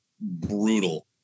brutal